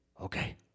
Okay